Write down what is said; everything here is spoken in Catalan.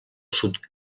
sud